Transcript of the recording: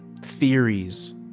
theories